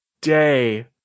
day